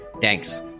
Thanks